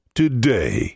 today